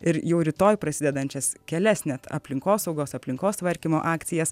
ir jau rytoj prasidedančias kelias net aplinkosaugos aplinkos tvarkymo akcijas